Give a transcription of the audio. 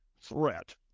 threat